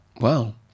Wow